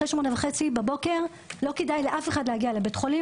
אחרי שמונה וחצי בבוקר לא כדאי לאף אחד להגיע לבית חולים.